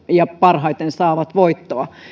ja parhaiten saavat voittoa